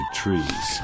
trees